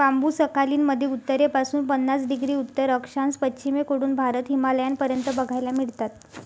बांबु Sakhalin मध्ये उत्तरेपासून पन्नास डिग्री उत्तर अक्षांश, पश्चिमेकडून भारत, हिमालयापर्यंत बघायला मिळतात